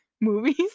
movies